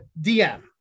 dm